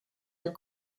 and